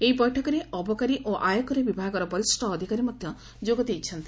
ଏହି ବୈଠକରେ ଅବକାରୀ ଓ ଆୟକର ବିଭାଗର ବରିଷ ଅଧିକାରୀ ମଧ୍ଧ ଯୋଗ ଦେଇଛନ୍ତି